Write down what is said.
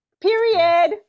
period